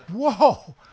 whoa